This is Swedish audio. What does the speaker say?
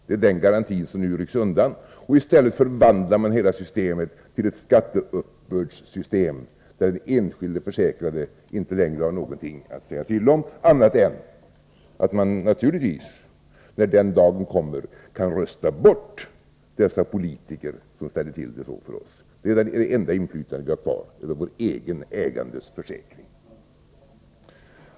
Det är den garantin som nu rycks undan, och i stället förvandlar man hela systemet till ett skatteuppbördssystem, där den enskilde försäkrade inte längre har någonting att säga till om — annat än att man naturligtvis, när den dagen kommer, kan rösta bort dessa politiker som ställer till det så för oss. Det är det enda inflytande vi har kvar över vår egen ägandes försäkring.